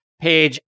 page